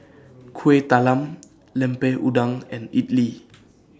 Kuih Talam Lemper Udang and Idly